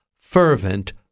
fervent